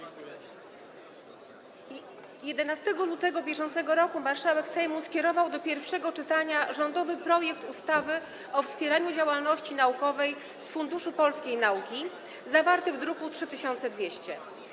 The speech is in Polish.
11 lutego br. marszałek Sejmu skierował do pierwszego czytania rządowy projekt ustawy o wspieraniu działalności naukowej z Funduszu Polskiej Nauki, zawarty w druku nr 3200.